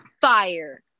fire